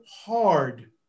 hard